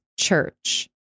church